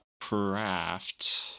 Craft